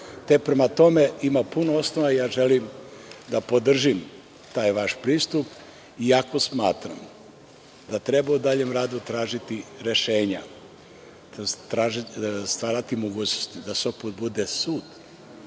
te prema tome ima puno osnova i želim da podržim taj vaš pristup, iako smatram da treba u daljem radu tražiti rešenja i stvarati mogućnosti da Sopot bude sud,